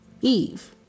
Eve